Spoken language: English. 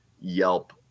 Yelp